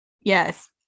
Yes